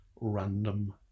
random